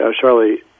Charlie